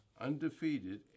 Undefeated